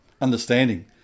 understanding